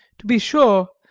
to be sure,